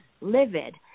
livid